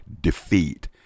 defeat